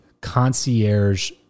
concierge